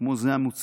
כמו זה המוצע